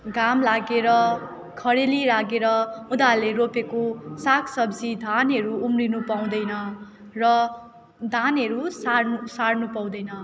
घाम लागेर खडेरी उनीहरूले रोपेको सागसब्जी धानहरू उम्रिनु पाउँदैन र धान धानहरू सार्नु सार्नु पाउँदैन